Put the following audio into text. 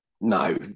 no